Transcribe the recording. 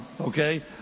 Okay